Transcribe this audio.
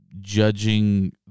judging